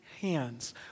hands